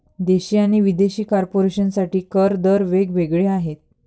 देशी आणि विदेशी कॉर्पोरेशन साठी कर दर वेग वेगळे आहेत